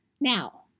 Now